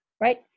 right